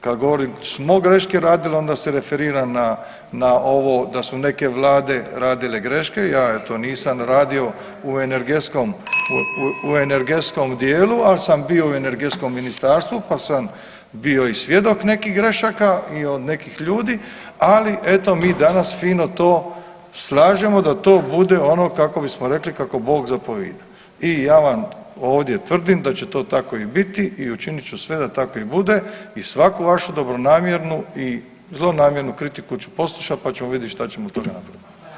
Kad govorimo smo greške radili onda se referiram na ovo da su neke vlade radile greške, ja to nisam radio u energetskom dijelu, ali sam bio u energetskom ministarstvu pa sam bio i svjedok nekih grešaka od nekih ljudi, ali eto mi danas fino to slažemo da to bude ono kako bismo rekli kako Bog zapovida i ja vam ovdje tvrdim da će to tako i biti i učinit ću sve da tako i bude i svaku vašu dobronamjernu i zlonamjernu kritiku ću poslušat pa ćemo vidjeti što ćemo od toga napraviti.